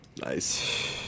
Nice